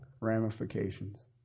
ramifications